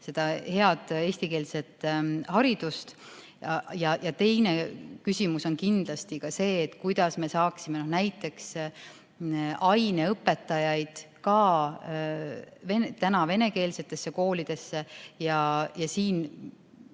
hästi head eestikeelset haridust. Teine küsimus on kindlasti ka see, kuidas me saaksime näiteks aineõpetajaid ka tänastesse venekeelsetesse koolidesse. Siin